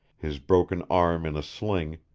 his broken arm in a sling,